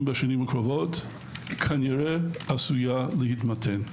בשנים הקרובות כנראה עשויה להתמתן.